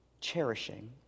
cherishing